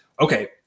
Okay